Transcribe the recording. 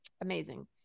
amazing